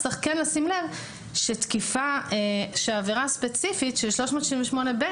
צריך כן לשים לב שעבירה ספציפית של סעיף 378ב,